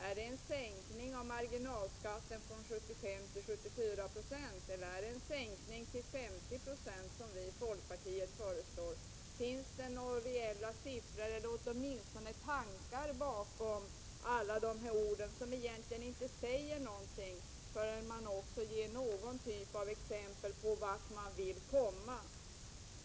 Är det en sänkning av marginalskatten från 75 till 74 96 eller är det en sänkning till 50 96, som vi i folkpartiet föreslår? Finns det några reella siffror eller tankar bakom alla dessa ord, som egentligen inte säger någonting förrän man också ger någon typ av exempel på vart man vill komma?